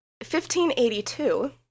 1582